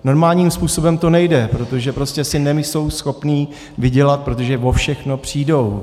Normálním způsobem to nejde, protože prostě si nejsou schopni vydělat, protože o všechno přijdou.